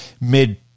mid